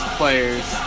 players